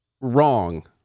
wrong